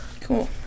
Cool